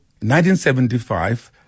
1975